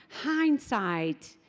hindsight